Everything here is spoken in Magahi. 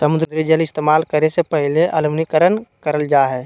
समुद्री जल इस्तेमाल करे से पहले अलवणीकरण करल जा हय